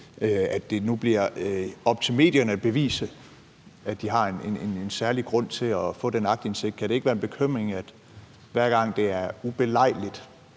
det nu bliver op til medierne at bevise, at de har en særlig grund til at få den aktindsigt. Kan det ikke være en bekymring, at hver gang det er ubelejligt